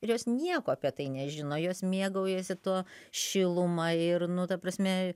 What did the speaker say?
ir jos nieko apie tai nežino jos mėgaujasi tuo šiluma ir nu ta prasme